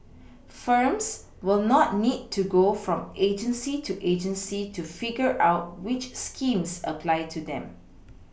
firms will not need to go from agency to agency to figure out which schemes apply to them